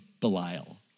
Belial